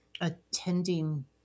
attending